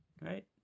right